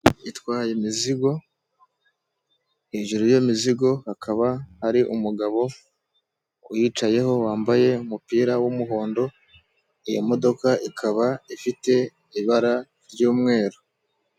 Itwaye imizigo hejuru y'iyo mizigo hakaba hari umugabo uyicayeho wambaye umupira w'umuhondo, iyo modoka ikaba ifite ibara ry'umweru.